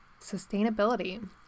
sustainability